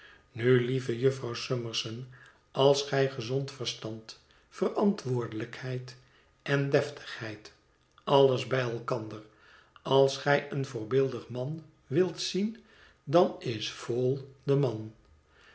nu lieve jufvrouw summerson als gij gezond verstand verantwoordelijkheid en deftigheid alles bij elkander als gij een voorbeeldig man wilt zien dan is vholes de man